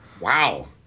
wow